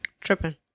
Tripping